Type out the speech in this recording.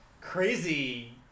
crazy